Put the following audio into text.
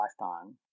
lifetime